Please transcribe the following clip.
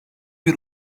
bir